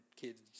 kid's